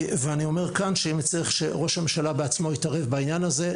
אם נצטרך שראש הממשלה בעצמו יתערב בעניין הזה,